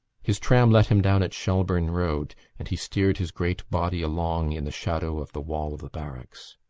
his tram let him down at shelbourne road and he steered his great body along in the shadow of the wall of the barracks.